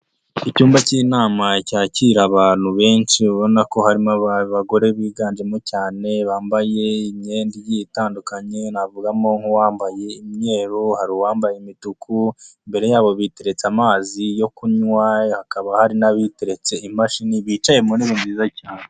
Icyumba cy'inama cyakira abantu benshi ubona ko harimo abagore biganjemo cyane bambaye imyenda itandukanye navugamo nk'uwambaye imyeru, hari uwambaye imituku, imbere yabo biteretse amazi yo kunywa hakaba hari n'abiteretse imashini bicaye mu ntebe nziza cyane.